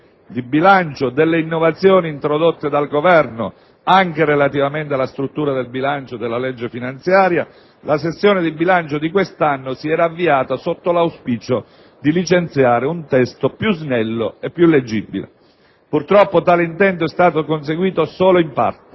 di bilancio, delle innovazioni introdotte dal Governo, anche relativamente alla struttura del bilancio e della legge finanziaria, la sessione di bilancio di quest'anno si era avviata sotto l'auspicio di licenziare un testo più snello e più leggibile. Purtroppo, tale intento è stato conseguito solo in parte,